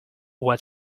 what